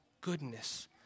goodness